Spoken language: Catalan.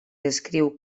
descriu